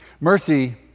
Mercy